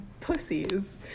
pussies